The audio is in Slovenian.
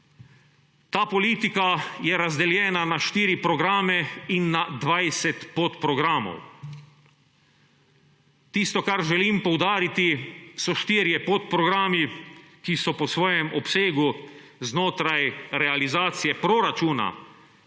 Ta politika je razdeljena na 4 programe in na 20 podprogramov. Tisto, kar želim poudariti, so štirje podprogrami, ki so po svojem obsegu znotraj realizacije proračuna